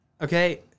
Okay